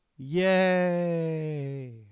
Yay